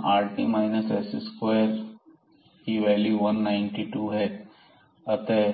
यहां rt s2 की value 192 है अतः